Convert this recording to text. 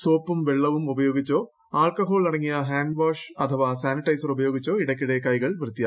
സോപ്പും വെള്ളവുമുപയോഗിച്ചോ ആൾക്കഹോൾ അടങ്ങിയ ഹാൻഡ് വാഷ് അഥവാ സാനിറ്റൈസർ ഉപയോഗിച്ചോ ഇടയ്ക്കിടെ കൈകൾ വൃത്തിയാക്കണം